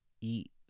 eat